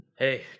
Hey